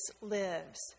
lives